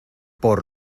por